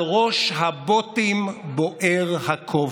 על ראש הבוטים בוער הכובע.